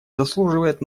заслуживает